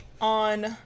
on